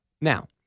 Now